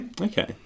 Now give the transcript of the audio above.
Okay